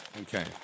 Okay